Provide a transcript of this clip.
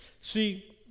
See